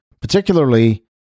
particularly